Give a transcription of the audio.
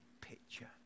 picture